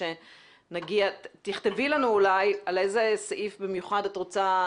אולי שתכבה את המצלמה ונשמע רק את הקול שלה.